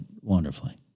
wonderfully